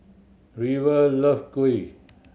River love kuih